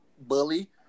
bully